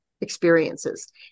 experiences